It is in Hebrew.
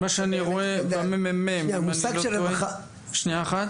מה שאני רואה ב-ממ"מ אם אני לא טועה, שנייה אחת.